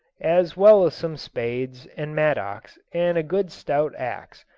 as well as some spades, and mattocks, and a good stout axe,